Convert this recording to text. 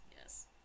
yes